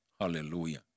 Hallelujah